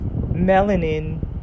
melanin